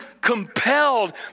compelled